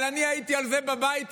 אבל זה באותו בית דין,